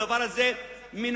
הדבר הזה מנוגד,